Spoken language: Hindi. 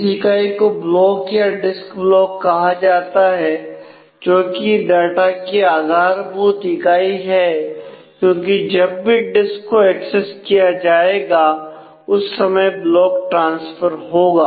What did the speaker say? इस इकाई को ब्लॉक या डिस्क ब्लॉक कहा जाता है जो कि डाटा की आधारभूत इकाई है क्योंकि जब भी डिस्क को एक्सेस किया जाएगा उस समय ब्लॉक ट्रांसफर होगा